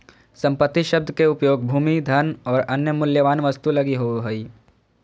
संपत्ति शब्द के उपयोग भूमि, धन और अन्य मूल्यवान वस्तु लगी होवे हइ